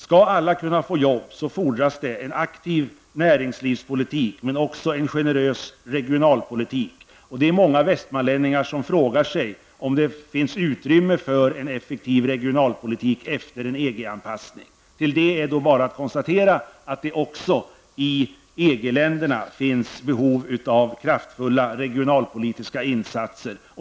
Skall alla kunna få jobb fordras en aktiv näringslivspolitik, men också en generös regionalpolitik. Det är många västmanlänningar som frågar sig om det finns utrymme för en effektiv regionalpolitik efter en EG-anpassning. Till detta är bara att konstatera att det också i EG-länderna finns behov av kraftfulla regionalpolitiska insatser.